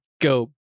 go